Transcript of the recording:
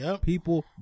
People